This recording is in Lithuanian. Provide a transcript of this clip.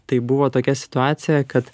tai buvo tokia situacija kad